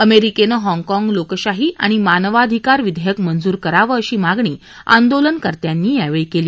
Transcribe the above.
अमरिक्ती Hong Kong लोकशाही आणि मानवाधिकार विधस्क मंजूर करावं अशी मागणी आंदोलनकर्त्यांनी यावर्षी क्ली